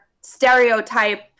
stereotype